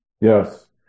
Yes